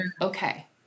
okay